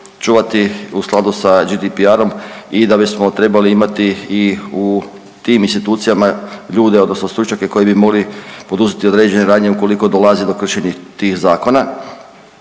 čuvati u skladu sa GDPR-om i da bismo trebali imati i u tim institucijama ljude odnosno stručnjake koji bi mogli poduzeti određene radnje ukoliko dolazi do kršenja tih zakona,